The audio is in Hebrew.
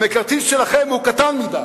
המקארתיסט שלכם הוא קטן מדי,